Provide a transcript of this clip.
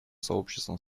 сообществом